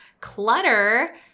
Clutter